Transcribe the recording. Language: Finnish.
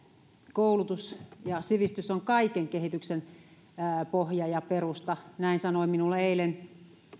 koulutus ja sivistys on kaiken kehityksen pohja ja perusta näin sanoi minulle eilen